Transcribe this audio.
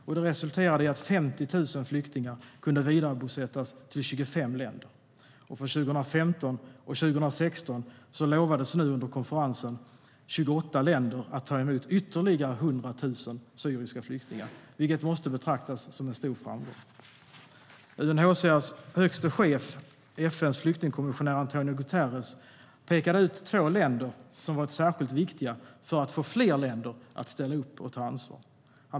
Det har resulterat i att 50 000 flyktingar har kunnat vidarebosättas till 25 länder. För 2015 och 2016 lovade under konferensen 28 länder att ta emot ytterligare 100 000 syriska flyktingar, vilket måste betraktas som en stor framgång. UNHCR:s högste chef, FN:s flyktingkommissionär António Guterres, pekade ut två länder som varit särskilt viktiga för att få fler länder att ställa upp och ta ansvar.